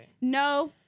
No